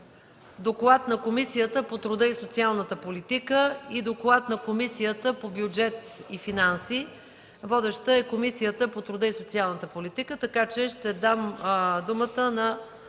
доклад на Комисията по труда и социалната политика и доклад на Комисията по бюджет и финанси. Водеща е Комисията по труда и социалната политика, така че ще дам думата на